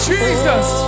Jesus